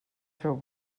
seu